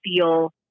feel